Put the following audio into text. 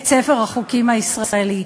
את ספר החוקים הישראלי.